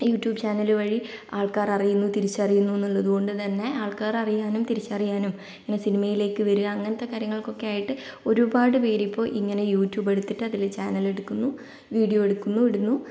YouTube channel വഴി ആൾക്കാർ അറിയുന്നു തിരിച്ചറിയുന്നൂ എന്നുള്ളതുകൊണ്ട്തന്നെ ആൾക്കാർ അറിയാനും തിരിച്ചറിയാനും പിന്നെ സിനിമയിലേക്ക് വരുക അങ്ങനത്തെ കാര്യങ്ങൾക്കൊക്കെ ആയിട്ട് ഒരുപാട് പേര് ഇപ്പോൾ ഇങ്ങനെ യൂട്യൂബ് എടുത്തിട്ട് അതില് ചാനൽ എടുക്കുന്നു വീഡിയോ എടുക്കുന്നു ഇടുന്നു